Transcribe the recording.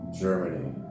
Germany